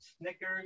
Snickers